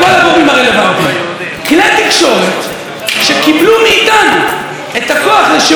כלי תקשורת שקיבלו מאיתנו את הכוח לשירות ציבורי ולשידור ציבורי,